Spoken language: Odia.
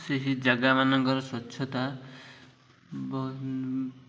ସେହି ଜାଗା ମାନଙ୍କର ସ୍ୱଚ୍ଛତା ବହୁ